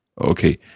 Okay